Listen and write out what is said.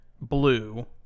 blue